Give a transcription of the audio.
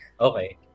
Okay